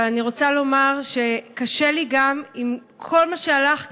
אבל אני רוצה לומר שקשה לי גם עם כל מה שהלך כאן,